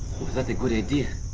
was that a good idea?